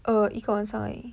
err 一个晚上而已